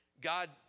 God